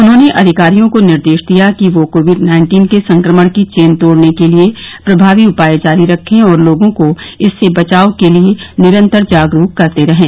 उन्होंने अधिकारियों को निर्देश दिया कि वह कोविड नाइन्टीन के संक्रमण की चेन तोड़ने के लिये प्रभावी उपाय जारी रखें और लोगों को इससे बचाव के लिये निरन्तर जागरूक करते रहें